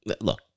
Look